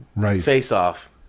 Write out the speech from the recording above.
face-off